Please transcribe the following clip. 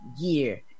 year